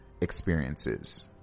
experiences